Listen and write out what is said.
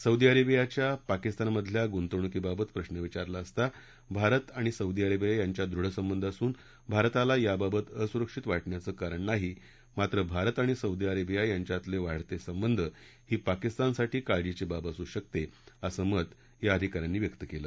Saudi अरेबियाच्या पाकिस्तानमधल्या गुंतवणुकीबाबत प्रश्न विचारला असता भारत आणि सौदी अरेबिया यांच्यात दृढ संबंध असून भारताला याबाबत असुरक्षित वा ियाचं कारण नाही मात्र भारत आणि सौदी अरेविया यांच्यातले वाढते संबंध ही पाकिस्तानसाठी काळजीची बाब असू शकते असं मत या अधिकाऱ्यांनी व्यक्त केलं